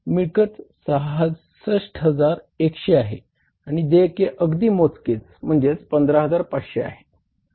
मिळकत 66100 आहे आणि देयके अगदी मोजकेच म्हणजे 15500 आहे